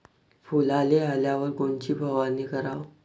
फुलाले आल्यावर कोनची फवारनी कराव?